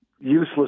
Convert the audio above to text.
Useless